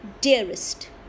dearest